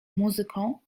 muzyką